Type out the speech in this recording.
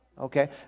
okay